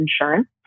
insurance